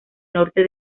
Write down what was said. norte